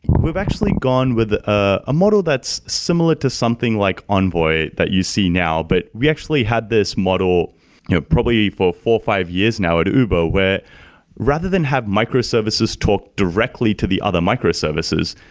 we've actually gone with a ah model that's similar to something like envoy that you see now, but we actually had this model probably for four, five years now at uber, where rather than have microservices talk directly to the other microservices,